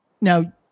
now